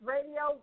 Radio